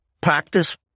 practice